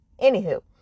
Anywho